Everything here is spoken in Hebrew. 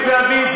הכנסת זאב, הבנו.